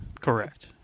Correct